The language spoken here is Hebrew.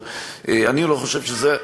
אבל אני לא חושב שזה,